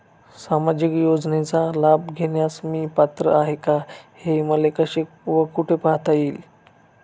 सामाजिक योजनेचा लाभ घेण्यास मी पात्र आहे का हे कसे व कुठे पाहता येईल?